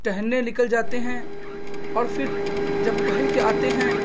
ٹہلنے لکل جاتے ہیں اور فر جب ٹہل کے آتے ہیں